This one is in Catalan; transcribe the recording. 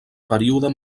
període